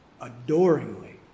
adoringly